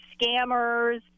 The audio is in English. scammers